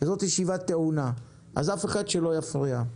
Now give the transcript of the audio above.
וזאת ישיבה טעונה אז שאף אחד לא יפריע.